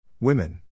Women